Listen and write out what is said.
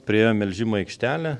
priėjom melžimo aikštelę